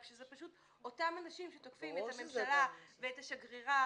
רק שזה פשוט אותם אנשים שתוקפים את הממשלה ואת השגרירה